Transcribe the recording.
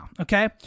okay